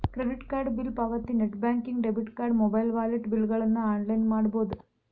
credit card bill ಪಾವತಿ net banking debit card mobile wallet ಬಿಲ್ಗಳನ್ನ online ಮಾಡಬೋದ್